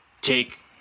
take